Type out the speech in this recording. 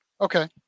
okay